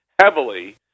heavily